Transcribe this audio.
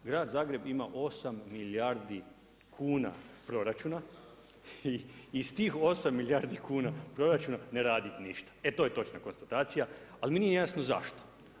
Grad Zagreb ima 8 milijardi kuna proračuna i s tih 8 milijardi kuna proračuna ne radi ništa, e to je točna konstatacija, ali mi nije jasno zašto.